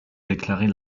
déclarer